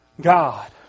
God